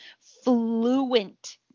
fluent